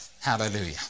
hallelujah